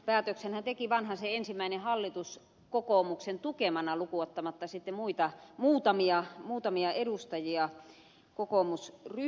päätöksenhän teki vanhasen ensimmäinen hallitus kokoomuksen tukemana lukuun ottamatta sitten muutamia edustajia kokoomusryhmässä